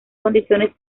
condiciones